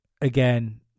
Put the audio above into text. Again